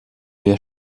der